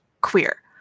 queer